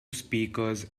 speakers